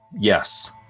yes